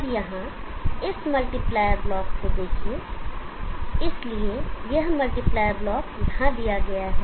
अब यहां इस मल्टीप्लायर ब्लॉक को देखें इसलिए यह मल्टीप्लायर ब्लॉक यहां दिया गया है